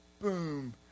boom